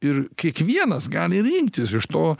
ir kiekvienas gali rinktis iš to